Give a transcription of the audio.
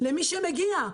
למי שלא מגיע.